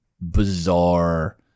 bizarre